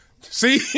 See